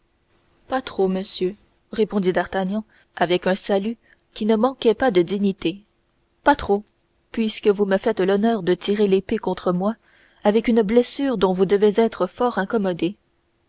pas trop monsieur répondit d'artagnan avec un salut qui ne manquait pas de dignité pas trop puisque vous me faites l'honneur de tirer l'épée contre moi avec une blessure dont vous devez être fort incommodé